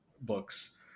books